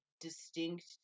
distinct